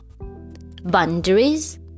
boundaries